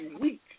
Week